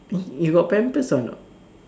you got pampers or not